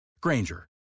Granger